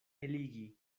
eligi